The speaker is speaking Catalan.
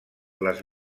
les